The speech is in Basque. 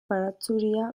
baratxuria